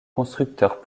constructeurs